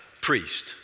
priest